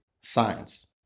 science